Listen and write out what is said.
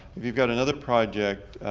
if you've got another project,